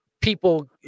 people